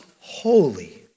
holy